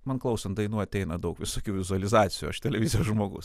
man klausant dainų ateina daug visokių vizualizacijų aš televizijos žmogus